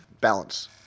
balance